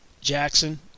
Jackson